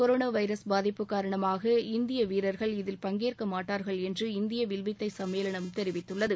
corona virus பாதிப்பு காரணமாக இந்திய வீரர்கள் இதில் பங்கேற்கமாட்டார்கள் என்று இந்திய வில்வித்தை சம்மேளனம் தெரிவித்துள்ளது